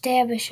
שתי היבשות.